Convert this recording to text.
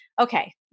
okay